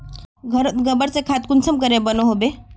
घोरोत गबर से खाद कुंसम के बनो होबे?